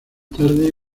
tarde